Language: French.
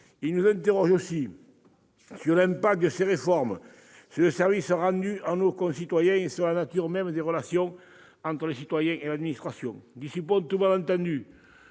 Il nous interroge aussi sur l'impact de ces réformes sur le service rendu à nos concitoyens et sur la nature même des relations entre le citoyen et l'administration. Dissipons tout malentendu